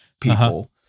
people